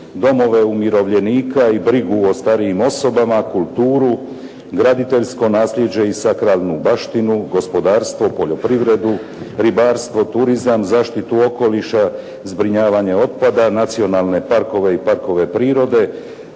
domove umirovljenika i brigu o starijim osobama, kulturu, graditeljsko nasljeđe i sakralnu baštinu, gospodarstvo, poljoprivredu, ribarstvo, turizam, zaštitu okoliša, zbrinjavanje otpada, nacionalne parkove i parkove prirode,